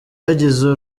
yagize